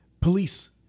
police